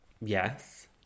yes